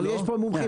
אבל יש פה מומחים,